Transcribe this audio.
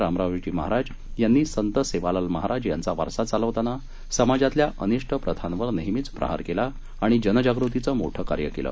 रामरावजी महाराज यांनी संत सेवालाल महाराज यांचा वारसा चालवताना समाजातील अनिष्ट प्रथांवर नेहमीच प्रहार केला आणि जनजागृतीचं मोठं कार्य केलं